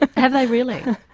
ah have they really?